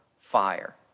fire